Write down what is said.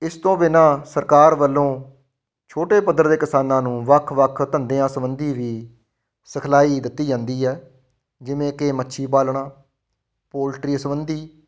ਇਸ ਤੋਂ ਬਿਨਾਂ ਸਰਕਾਰ ਵੱਲੋਂ ਛੋਟੇ ਪੱਧਰ ਦੇ ਕਿਸਾਨਾਂ ਨੂੰ ਵੱਖ ਵੱਖ ਧੰਦਿਆਂ ਸੰਬੰਧੀ ਵੀ ਸਿਖਲਾਈ ਦਿੱਤੀ ਜਾਂਦੀ ਹੈ ਜਿਵੇਂ ਕਿ ਮੱਛੀ ਪਾਲਣਾ ਪੋਲਟਰੀ ਸੰਬੰਧੀ